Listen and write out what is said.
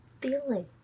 feeling